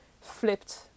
flipped